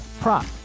prop